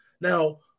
Now